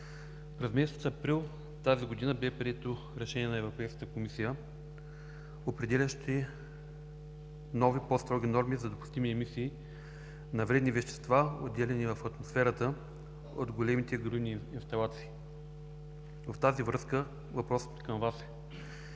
През месец април 2017 г. бе прието Решение на Европейската комисия, определящо нови, по-строги норми за допустими емисии на вредни вещества, отделяни в атмосферата от големите горивни инсталации. В тази връзка въпросът към Вас е: